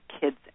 kids